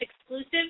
exclusive